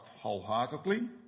wholeheartedly